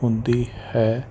ਹੁੰਦੀ ਹੈ